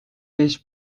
beş